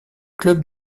club